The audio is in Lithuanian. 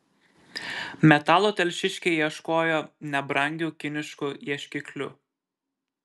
metalo telšiškiai ieškojo nebrangiu kinišku ieškikliu